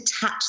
touch